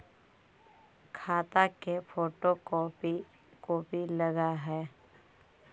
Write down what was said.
खाता के photocopy लगहै?